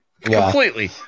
completely